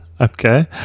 Okay